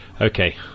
Okay